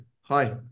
Hi